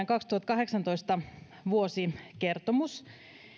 kaksituhattakahdeksantoista vuosikertomus